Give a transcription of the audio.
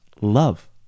love